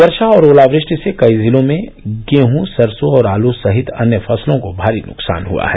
वर्षा और ओलावृष्टि से कई जिलों में गेह सरसों और आलू सहित अन्य फसलों को भारी नुकसान हुआ है